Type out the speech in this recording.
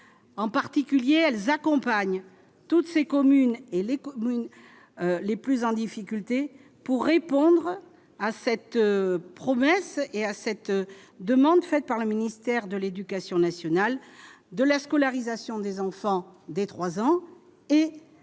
en particulier, elles accompagnent toutes ces communes et les communes les plus en difficulté pour répondre à cette promesse et à cette demande faite par le ministère de l'Éducation nationale, de la scolarisation des enfants dès 3 ans et du dédoublement de certaines